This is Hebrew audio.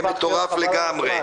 מטורף לגמרי.